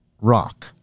rock